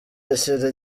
ashyira